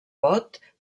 bot